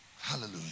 Hallelujah